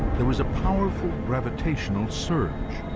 there was a powerful gravitational surge